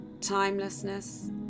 timelessness